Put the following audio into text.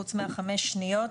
חוץ מ-5 שניות,